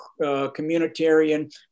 communitarian